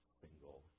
single